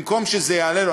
במקום שזה יעלה לו,